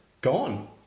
gone